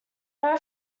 know